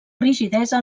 rigidesa